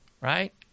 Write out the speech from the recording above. right